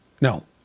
No